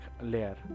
layer